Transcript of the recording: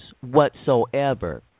whatsoever